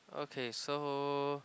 okay so